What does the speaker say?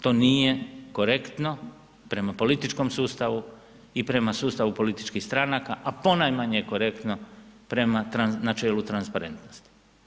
To nije korektno prema političkom sustavu i prema sustavu političkih stranaka, a ponajmanje je korektno prema EU transparentnosti.